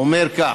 האומר כך: